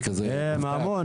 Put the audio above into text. את אפיק נחל אבליים.